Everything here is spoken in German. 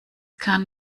kann